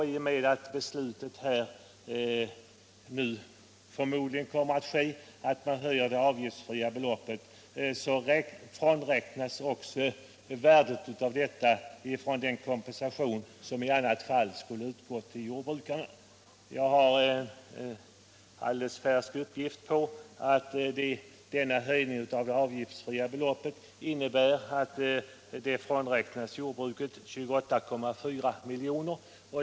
I och med att beslut om höjning av det avgiftsfria beloppet nu förmodligen kommer att fattas kommer också värdet av detta att frånräknas från den kompensation som i annat fall skulle ha utgått till jordbrukarna. Jag har en alldeles färsk uppgift om att höjningen av det avgiftsfria beloppet innebär att jordbruket kommer att frånräknas 28,4 milj.kr.